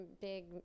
big